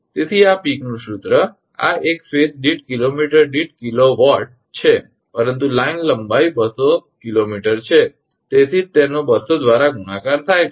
તેથી આ પીકનું સૂત્રPeeks formula આ એક ફેઝ દીઠ કિલોમીટર દીઠ કિલોવોટ છે પરંતુ લાઇન લંબાઈ 200 𝑘𝑚 છે તેથી જ તેનો 200 દ્વારા ગુણાકાર થાય છે